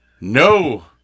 No